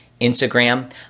Instagram